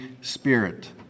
Spirit